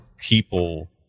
People